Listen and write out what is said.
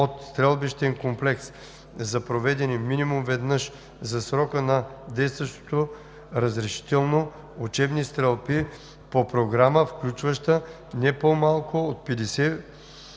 от стрелбищен комплекс за проведени минимум веднъж за срока на действащото разрешително, учебни стрелби по програма, включваща не по-малко от 50